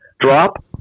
drop